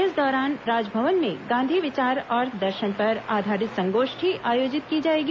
इस दौरान राजभवन में गांधी विचार और दर्शन पर आधारित संगोष्ठी आयोजित की जाएगी